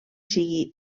sigui